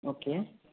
okay